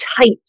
tight